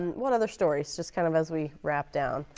what other stories, just kind of as we wrap down?